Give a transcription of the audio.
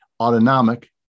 autonomic